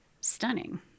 stunning